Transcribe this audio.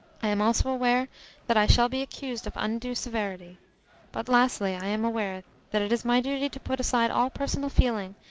i am also aware that i shall be accused of undue severity but, lastly, i am aware that it is my duty to put aside all personal feeling,